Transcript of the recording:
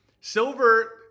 Silver